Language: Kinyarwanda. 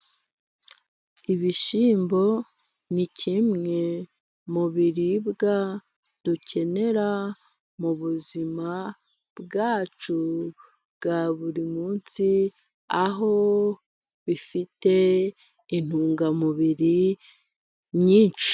Ibishyimbo ni kimwe mu biribwa dukenera mu buzima bwacu bwa buri munsi, aho bifite intungamubiri nyinshi.